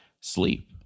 sleep